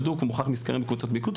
בדוק ומוכח מסקרים וקבוצות מיקוד.